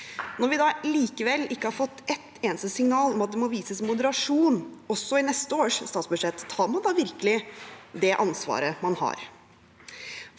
Når vi da likevel ikke har fått et eneste signal om at det må vises moderasjon også i neste års statsbudsjett, tar man da virkelig det ansvaret man har?